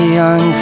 young